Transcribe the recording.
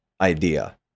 idea